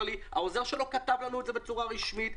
לי העוזר שלו כתב לנו את זה בצורה רשמית,